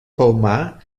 palmar